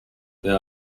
there